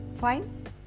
fine